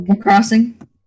crossing